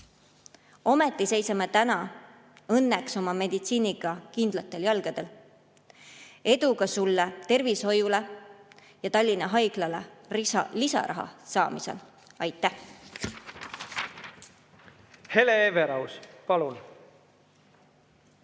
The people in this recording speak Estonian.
Ometi seisame täna õnneks oma meditsiiniga kindlatel jalgadel. Edu sulle ka tervishoiule ja Tallinna Haiglale lisaraha saamisel! Aitäh! Ma igaks juhuks palun